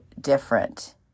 different